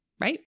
right